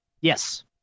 Yes